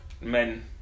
men